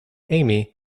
aimee